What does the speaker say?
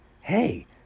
Hey